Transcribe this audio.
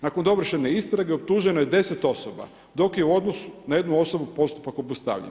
Nakon dovršene istrage optuženo je 10 osoba dok je u odnosu na jednu osobu postupak obustavljen.